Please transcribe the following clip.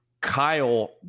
Kyle